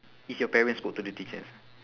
is your parents spoke to the teachers